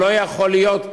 לא יכול להיות,